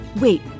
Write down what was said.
Wait